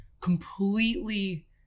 completely